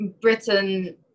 Britain